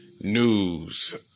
news